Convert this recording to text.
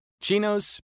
chinos